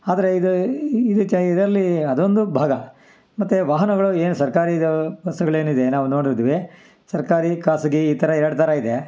ಆದರೆ ಇದು ಇದು ಚ ಇದರಲ್ಲಿ ಅದೊಂದು ಭಾಗ ಮತ್ತು ವಾಹನಗಳು ಏನು ಸರ್ಕಾರಿ ಇದು ಬಸ್ಸುಗಳೇನಿದೆ ನಾವು ನೋಡದ್ರೆ ಸರ್ಕಾರಿ ಖಾಸಗಿ ಈ ಥರ ಎರಡು ಥರ ಇದೆ